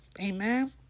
Amen